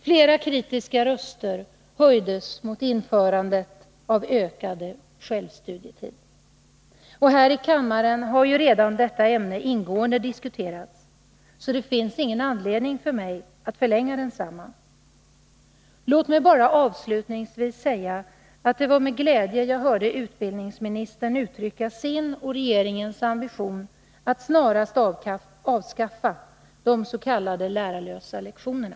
Flera kritiska röster höjdes mot införandet av ökad självstudietid, och här i kammaren har redan detta ämne ingående diskuterats. Det finns således ingen anledning för mig att förlänga debatten. Låt mig bara avslutningsvis säga att det var med glädje som jag hörde utbildningsministern uttrycka sin och regeringens ambition att snarast avskaffa de s.k. lärarlösa lektionerna.